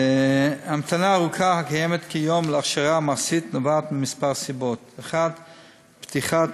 ההמתנה הארוכה הקיימת כיום להכשרה מעשית נובעת מכמה סיבות: 1. פתיחת